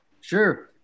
Sure